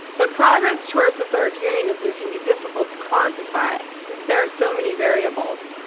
but progress towards authoritarianism can be difficult to quantify, since there are so many variables.